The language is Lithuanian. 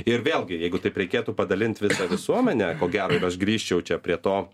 ir vėlgi jeigu taip reikėtų padalint visą visuomenę ko gero ir aš grįžčiau čia prie to